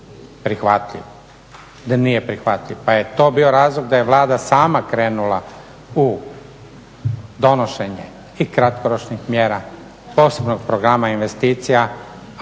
prihvatljiv, da nije prihvatljiv pa je to bio razlog da je Vlada sama krenula u donošenje i kratkoročnih mjera, posebnog programa investicija,